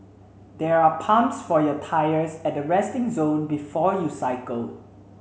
there are pumps for your tyres at the resting zone before you cycle